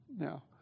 Now